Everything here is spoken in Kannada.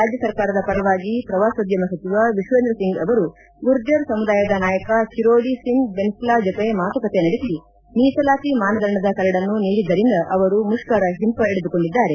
ರಾಜ್ಞಸರ್ಕಾರದ ಪರವಾಗಿ ಪ್ರವಾಸೋದ್ದಮ ಸಚಿವ ವಿಶ್ವೇಂದ್ರ ಸಿಂಗ್ ಅವರು ಗುರ್ಜಾರ್ ಸಮುದಾಯದ ನಾಯಕ ಕಿರೋಡಿ ಸಿಂಗ್ ಬೇನ್ಸ್ಲಾ ಜತೆ ಮಾತುಕತೆ ನಡೆಸಿ ಮೀಸಲಾತಿ ಮಾನದಂಡದ ಕರಡನ್ನು ನೀಡಿದ್ದರಿಂದ ಅವರು ಮುಷ್ತರ ಹಿಂತೆಗೆದುಕೊಂಡಿದ್ದಾರೆ